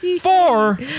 Four